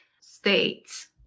states